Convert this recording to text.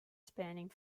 spanning